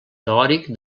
teòric